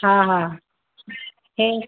हा हा हे